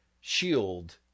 shield